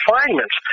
refinements